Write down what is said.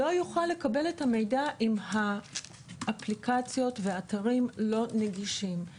הוא לא יוכל לקבל את המידע אם האפליקציות והאתרים לא נגישים.